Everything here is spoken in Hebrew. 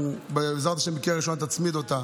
בעזרת השם בקריאה ראשונה תצמיד אותה.